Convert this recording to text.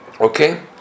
Okay